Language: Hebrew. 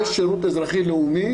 יש שירות אזרחי לאומי,